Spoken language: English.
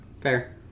Fair